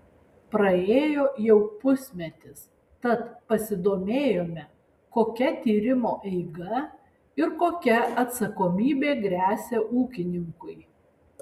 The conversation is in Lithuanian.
praėjo jau pusmetis tad pasidomėjome kokia tyrimo eiga ir kokia atsakomybė gresia ūkininkui